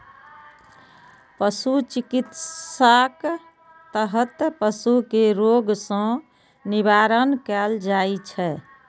पशु चिकित्साक तहत पशु कें रोग सं निवारण कैल जाइ छै